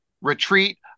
Retreat